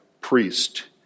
priest